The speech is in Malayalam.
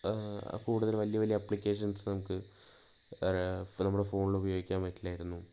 കൂടുതൽ വലിയ വലിയ അപ്പിക്കേഷൻസ് നമുക്ക് നമ്മടെ ഫോണിൽ ഉപയോഗിക്കാൻ പറ്റില്ലാരുന്നു